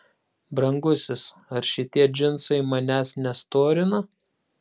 brangusis ar šitie džinsai manęs nestorina